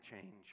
change